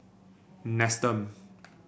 Nestum